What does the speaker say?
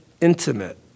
intimate